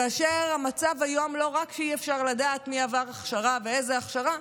כאשר המצב היום הוא לא רק שאי-אפשר לדעת מי עבר הכשרה ואיזו הכשרה,